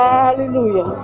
Hallelujah